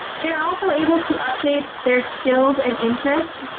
they're also able to update their skills and interests.